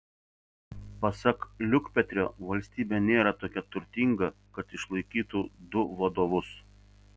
pasak liukpetrio valstybė nėra tokia turtinga kad išlaikytų du vadovus